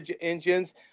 engines